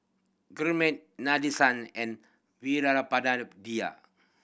Gurmeet Nadesan and Veerapandiya